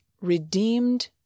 redeemed